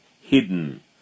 hidden